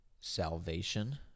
salvation